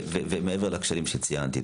מעבר לכשלים שציינתי.